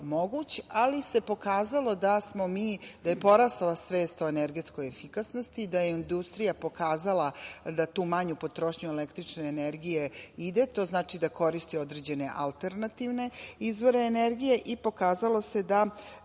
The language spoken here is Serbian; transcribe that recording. ali se pokazalo da je porasla svest o energetskoj efikasnosti, da je industrija pokazala da tu manju potrošnju električne energije ide, to znači da koristi određene alternativne izvore energije i pokazalo se da